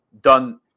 done –